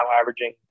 averaging